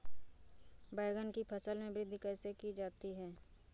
बैंगन की फसल में वृद्धि कैसे की जाती है?